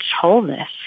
wholeness